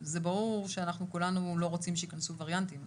זה ברור שאנחנו כולנו לא רוצים שיכנסו וריאנטים.